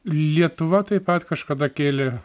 lietuva taip pat kažkada kėlė